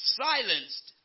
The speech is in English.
silenced